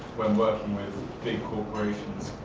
when working with big corporations